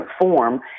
form